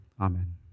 Amen